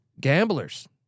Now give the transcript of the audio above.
gamblers